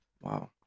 Wow